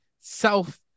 self